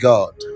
God